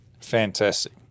Fantastic